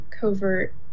covert